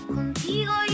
Contigo